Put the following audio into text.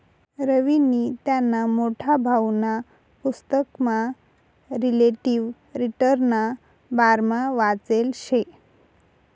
रवीनी त्याना मोठा भाऊना पुसतकमा रिलेटिव्ह रिटर्नना बारामा वाचेल शे